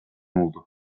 oldu